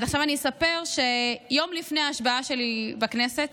עכשיו אני אספר שיום לפני ההשבעה שלי בכנסת,